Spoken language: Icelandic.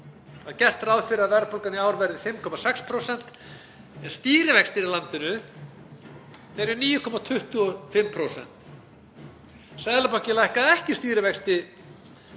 er gert ráð fyrir að verðbólgan í ár verði 5,6%. Stýrivextir í landinu eru 9,25%. Seðlabankinn lækkaði ekki stýrivexti